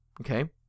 Okay